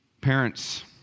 Parents